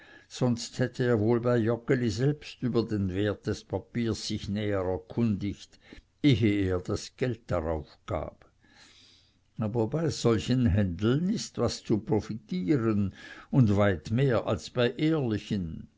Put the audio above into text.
sonst hätte er wohl bei joggeli selbst über den wert des papiers sich näher erkundigt ehe er geld darauf gab aber bei solchen händeln ist was zu profitieren und weit mehr als bei ehrlichen